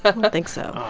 ah and think so oh.